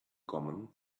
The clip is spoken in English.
common